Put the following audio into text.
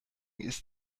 ist